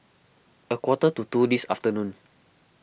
a quarter to two this afternoon